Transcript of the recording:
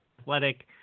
athletic